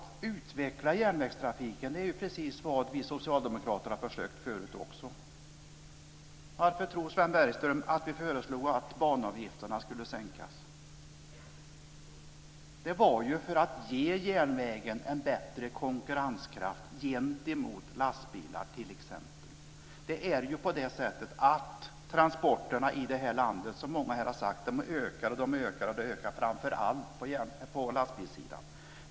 Att utveckla järnvägstrafiken är precis det som vi socialdemokrater också tidigare har försökt göra. Varför tror Sven Bergström att vi föreslog att banavgifterna skulle sänkas? Det var ju för att ge järnvägen större konkurrenskraft t.ex. gentemot lastbilar. Som många talare här har sagt ökar transporterna starkt i vårt land, framför allt på lastbilssidan.